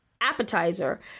appetizer